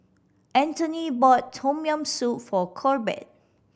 Antony bought Tom Yam Soup for Corbett